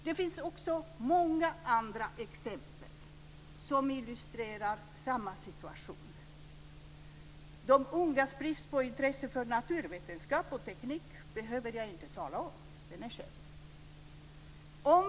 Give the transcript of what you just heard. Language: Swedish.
Det finns också många andra exempel som illustrerar samma situation. De ungas brist på intresse för naturvetenskap och teknik behöver jag inte tala om. Den är känd.